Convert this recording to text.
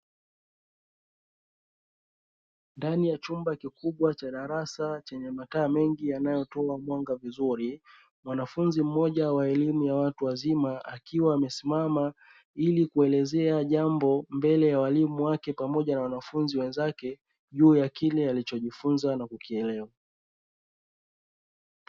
Ndani ya chumba kikubwa cha darasa chenye mataa mengi yanayotoa mwanga vizuri, mwanafunzi mmoja wa elimu ya watu wazima akiwa amesimama ili kuelezea jambo mbele ya walimu wake pamoja na wanafunzi wenzake, juu ya kile alichojifunza na kukielewa.